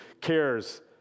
cares